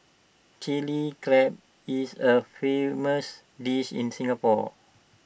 Chilli Crab is A famous dish in Singapore